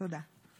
תודה.